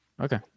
Okay